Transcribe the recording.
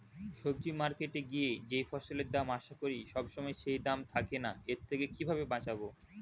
সবজি মার্কেটে গিয়ে যেই ফসলের দাম আশা করি সবসময় সেই দাম থাকে না এর থেকে কিভাবে বাঁচাবো?